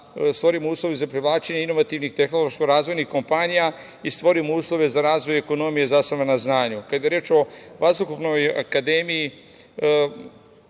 stvorimo uslove za privlačenje inovativnih tehnološko razvojnih kompanija i stvorimo uslove za razvoj ekonomije zasnovane na znanju. Kada je reč o Vazduhoplovnoj akademiji,